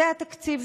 זה התקציב.